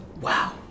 Wow